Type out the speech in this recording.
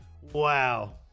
Wow